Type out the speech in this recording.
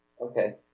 okay